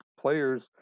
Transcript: players